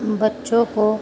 بچوں کو